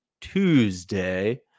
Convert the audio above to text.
Tuesday